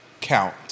count